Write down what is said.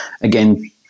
again